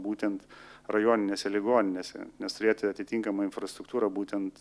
būtent rajoninėse ligoninėse nes turėti atitinkamą infrastruktūrą būtent